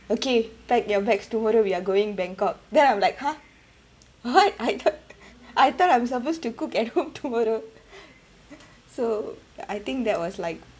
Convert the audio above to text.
okay pack your bags tomorrow we are going bangkok then I'm like !huh! what I thought I thought I'm supposed to cook at home tomorrow so I think that was like